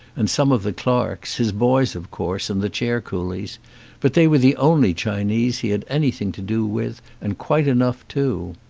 and some of the clerks, his boys of course, and the chair coolies but they were the only chinese he had any thing to do with, and quite enough too.